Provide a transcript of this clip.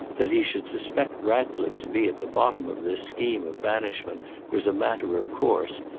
that he should suspect ratcliffe to be at the bottom of this scheme of banishment was a matter of course,